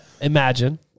imagine